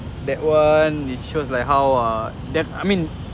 that one it shows like how ah that I mean